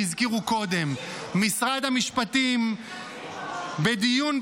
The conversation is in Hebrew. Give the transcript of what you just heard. שהזכירו קודם: משרד המשפטים בדיון,